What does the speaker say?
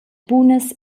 bunas